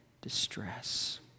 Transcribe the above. distress